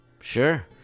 Sure